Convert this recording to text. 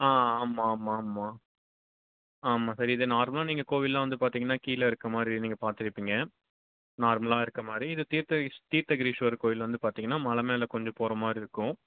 ஆ ஆமாம் ஆமாம் ஆமாம் ஆமாம் சார் இது நார்மலாக நீங்கள் கோவில்லாம் வந்து பார்த்திங்கனா கீழே இருக்கற மாதிரி நீங்கள் பார்த்திருப்பீங்க நார்மலாக இருக்கற மாதிரி இது தீர்த்தகிரீஷ் தீர்த்தகிரீஷ்வரர் கோவில் வந்து பார்த்திங்கனா மலை மேலே கொஞ்சம் போகிற மாறி இருக்கும்